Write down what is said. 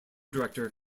director